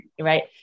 right